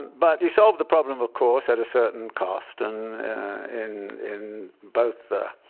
but you solve the problem, of course, at a certain cost. and in in both the